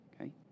Okay